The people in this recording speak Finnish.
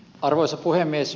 arvoisa puhemies